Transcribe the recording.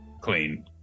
clean